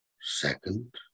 Second